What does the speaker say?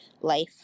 life